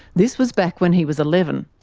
this was back when he was eleven.